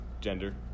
Gender